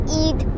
eat